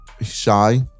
Shy